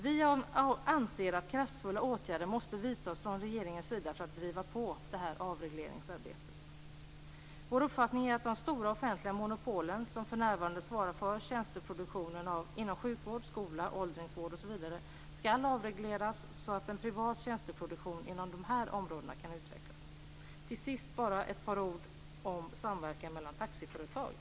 Vi anser att kraftfulla åtgärder måste vidtas från regeringens sida för att driva på avregleringsarbetet. Vår uppfattning är att de stora offentliga monopol som för närvarande svarar för tjänsteproduktionen inom sjukvård, skola, åldringsvård osv. skall avregleras så att en privat tjänsteproduktion inom dessa områden kan utvecklas. Till sist vill jag säga ett par ord om samverkan mellan taxiföretag.